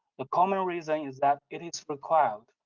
the common reason is that it is required.